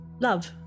love